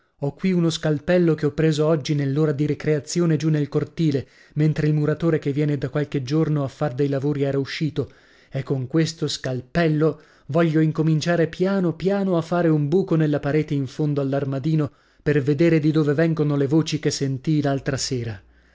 ho qui uno scalpello che ho preso oggi nell'ora di ricreazione giù nel cortile mentre il muratore che viene da qualche giorno a far dei lavori era uscito e con questo scalpello voglio incominciare piano piano a fare un buco nella parete in fondo all'armadino per vedere di dove vengono le voci che sentii l'altra sera